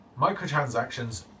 microtransactions